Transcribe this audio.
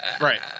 Right